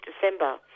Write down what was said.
December